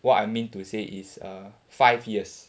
what I mean to say is err five years